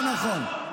מה "זה לא נכון"?